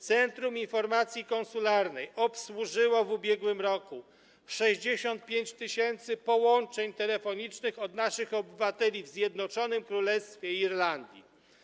Centrum Informacji Konsularnej obsłużyło w ubiegłym roku 65 tys. połączeń telefonicznych od naszych obywateli w Zjednoczonym Królestwie i Irlandii.